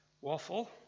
waffle